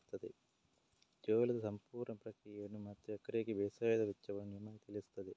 ಜೋಳದ ಸಂಪೂರ್ಣ ಪ್ರಕ್ರಿಯೆಯನ್ನು ಮತ್ತು ಎಕರೆಗೆ ಬೇಸಾಯದ ವೆಚ್ಚವನ್ನು ನಿಮಗೆ ತಿಳಿಸುತ್ತದೆ